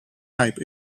type